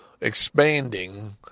expanding